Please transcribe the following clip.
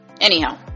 Anyhow